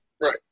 right